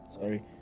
Sorry